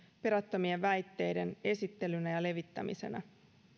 perättömien väitteiden esittelynä ja levittämisenä